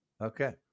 okay